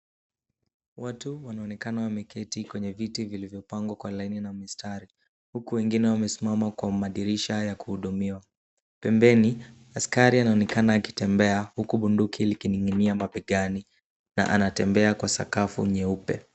Watu wanaonekana wameketi kwenye viti vilivyopangwa kwa laini na mstari. Huku wengine wamesimama kwa madirisha ya kuhudumiwa, pembeni askari anaonekana akitembea huku bunduki likining'inia mabegani na anatembea kwa sakafu nyeupe.